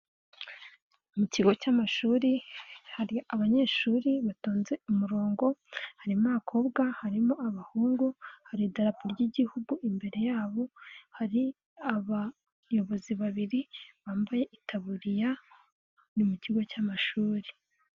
Mu kigo cy'amashuri hari abanyeshuri batonze umurongo, harimo abakobwa, harimo abahungu, hari idarap ry'Igihugu, imbere yabo hari abayobozi babiri bambaye itaburiya, ni mu kigo cy'amashuri.